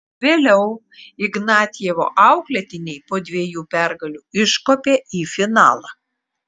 vėliau ignatjevo auklėtiniai po dviejų pergalių iškopė į finalą